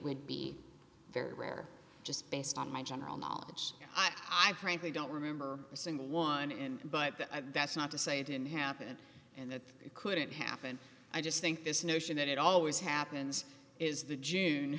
would be very rare just based on my general knowledge i frankly don't remember a single one in but that's not to say it didn't happen and that couldn't happen i just think this notion that it always happens is the june